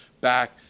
back